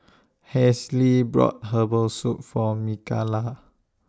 Halsey bought Herbal Soup For Mikalah